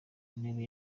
ntebe